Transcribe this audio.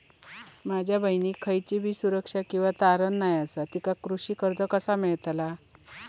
माझ्या बहिणीक खयचीबी सुरक्षा किंवा तारण नसा तिका कृषी कर्ज कसा मेळतल?